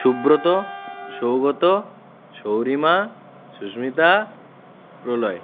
Subrata Saugata Saurima Susmita Pralay